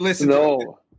No